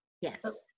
Yes